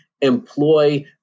employ